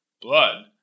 Blood